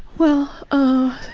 well, ah,